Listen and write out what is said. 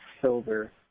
silver